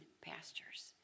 pastures